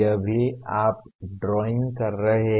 यह भी आप ड्राइंग कर रहे हैं